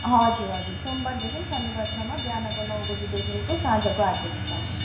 हजुर हजुर सोमबारदेखि शनिबारसम्म बिहानको नौ बजीदेखिको साँझको आठ बजीसम्म